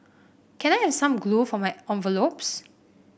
can I have some glue for my envelopes